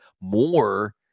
more